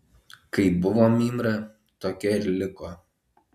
kaip buvo mymra tokia ir liko